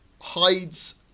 hides